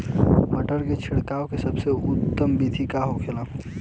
टमाटर में छिड़काव का सबसे उत्तम बिदी का होखेला?